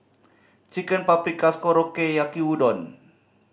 Chicken Paprikas Korokke Yaki Udon